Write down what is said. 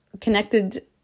connected